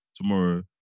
tomorrow